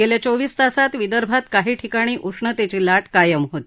गेल्या चोवीस तासात विदर्भात काही ठिकाणी उष्णतेची लाट कायम होती